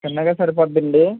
చిన్నగా సరిపోటుందండి